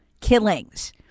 killings